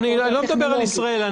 אני לא מדבר על ישראל.